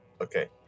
Okay